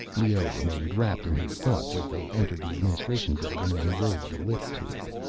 leoh remained wrapped in his thoughts as they entered the administration building and rode the lift tube.